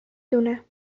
دونم